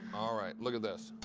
all right, look at this.